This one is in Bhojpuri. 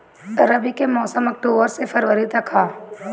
रबी के मौसम अक्टूबर से फ़रवरी तक ह